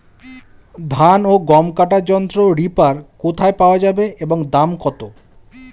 ধান ও গম কাটার যন্ত্র রিপার কোথায় পাওয়া যাবে এবং দাম কত?